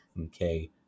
Okay